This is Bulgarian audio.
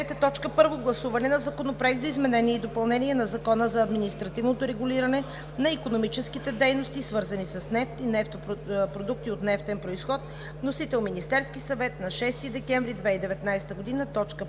Първо гласуване на Законопроекта за изменение и допълнение на Закона за административното регулиране на икономическите дейности, свързани с нефт и продукти от нефтен произход. Вносител – Министерският съвет на 6 декември 2019 г.,